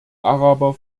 araber